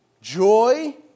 joy